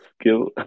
skill